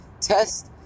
test